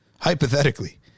Hypothetically